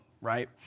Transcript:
right